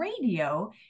radio